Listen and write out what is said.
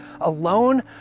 alone